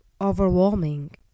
overwhelming